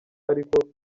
ariko